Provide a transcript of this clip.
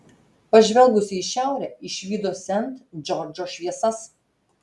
pažvelgusi į šiaurę išvydo sent džordžo šviesas